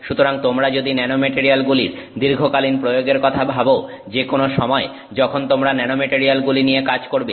সুতরাং তোমরা যদি ন্যানোমেটারিয়ালগুলির দীর্ঘকালীন প্রয়োগের কথা ভাবো যেকোনো সময় যখন তোমরা ন্যানোমেটারিয়ালগুলি নিয়ে কাজ করবে